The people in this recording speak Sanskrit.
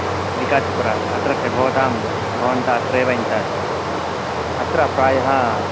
हा विकाचिपुर अत्रत्य भवतां भवन्तः अत्रैव इञ्चर्ज् हा अत्र प्रायः